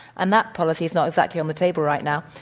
and that policy's not exactly on the table right now.